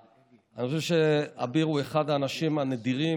אני חושב שאביר הוא אחד האנשים הנדירים